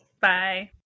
Bye